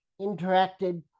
interacted